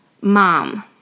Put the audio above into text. Mom